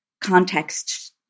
context